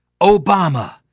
Obama